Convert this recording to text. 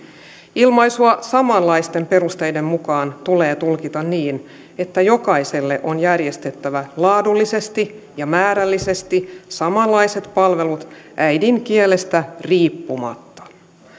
ilmaisua samanlaisten perusteiden mukaan tulee tulkita niin että jokaiselle on järjestettävä laadullisesti ja määrällisesti samanlaiset palvelut äidinkielestä riippumatta